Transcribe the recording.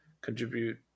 contribute